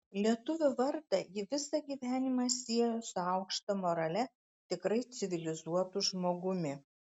lietuvio vardą ji visą gyvenimą siejo su aukšta morale tikrai civilizuotu žmogumi